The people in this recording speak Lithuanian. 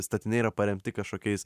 statiniai yra paremti kažkokiais